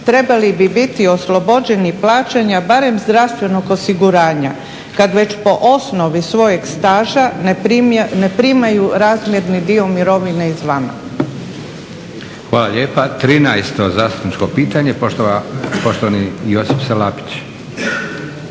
trebali bi biti oslobođeni plaćanja barem zdravstvenog osiguranja kad već po osnovi svojeg staža ne primaju razmjerni dio mirovine izvana.